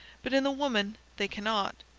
but in the woman they cannot.